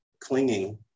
clinging